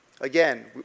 Again